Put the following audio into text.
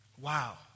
Wow